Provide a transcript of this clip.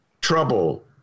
trouble